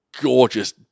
gorgeous